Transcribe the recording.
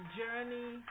journey